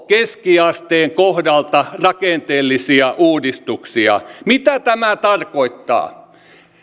keskiasteen kohdalta rakenteellisia uudistuksia mitä tämä tarkoittaa